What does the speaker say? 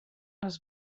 les